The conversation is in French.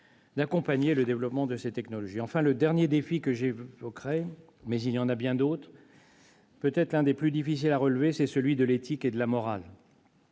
d'accompagner le développement de ces technologies. Enfin, le dernier défi que j'évoquerai, mais il y en a bien d'autres, est peut-être l'un des plus difficiles à relever : c'est celui de l'éthique et de la morale.